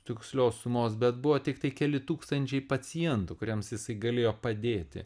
tikslios sumos bet buvo tiktai keli tūkstančiai pacientų kuriems jisai galėjo padėti